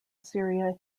syria